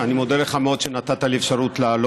כבוד